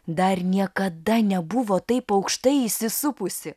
dar niekada nebuvo taip aukštai įsisupusi